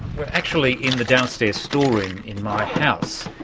we're actually in the downstairs storeroom in my house